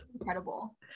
incredible